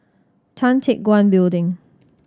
Tan Teck Guan Building